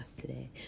today